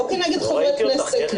לא כנגד חברי כנסת,